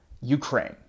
Ukraine